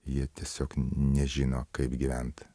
jie tiesiog nežino kaip gyvent